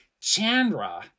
Chandra